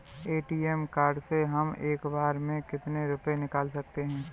ATM card से हम एक बार में कितने रुपये निकाल सकते हैं?